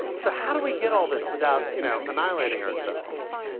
so how do we get all this without, you know, annihilating ourselves?